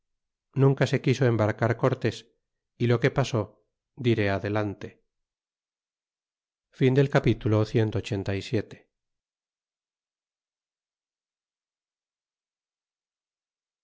nunca se quiso embarcar cortés y lo que pasó diré adelante capitulo clxxxviil